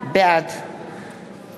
בעד